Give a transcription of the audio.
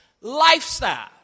lifestyle